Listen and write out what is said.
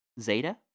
Zeta